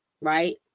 Right